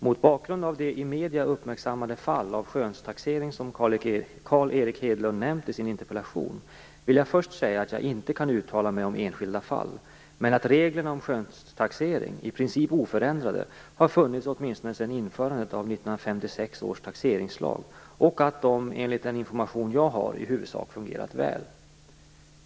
Mot bakgrund av det i medier uppmärksammade fall av skönstaxering som Carl Erik Hedlund nämnt i sin interpellation vill jag först säga att jag inte kan uttala mig om enskilda fall, men att reglerna om skönstaxering, i princip oförändrade, har funnits åtminstone sedan införandet av 1956 års taxeringslag och att de, enligt den information jag har, i huvudsak fungerat väl.